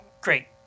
great